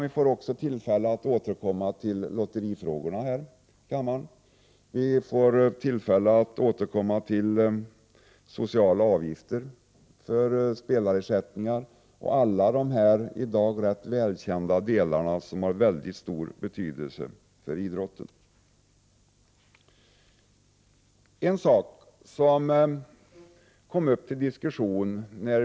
Vi får senare här i kammaren tillfälle att återkomma till frågan om lotterier, frågan om sociala avgifter för spelarersättningar och andra välkända frågor som har mycket stor betydelse för idrotten.